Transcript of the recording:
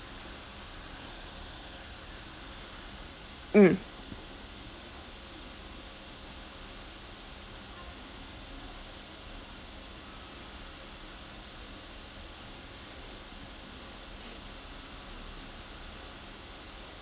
mm